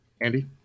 Andy